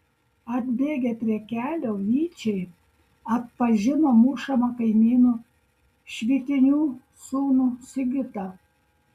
atbėgę prie kelio vyčai atpažino mušamą kaimynu švitinių sūnų sigitą